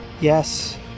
Yes